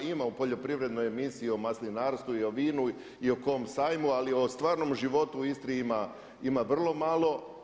Ima u poljoprivrednoj emisiji o maslinarstvu i vinu i o kom sajmu ali o stvarnom životu u Istri ima vrlo malo.